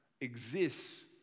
exists